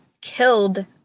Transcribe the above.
killed